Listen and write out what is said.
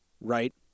right